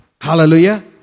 Hallelujah